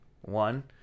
One